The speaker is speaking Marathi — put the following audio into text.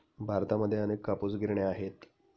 भारतामध्ये अनेक कापूस गिरण्या आहेत